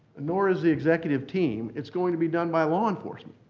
nor is the executive team. it's going to be done by law enforcement.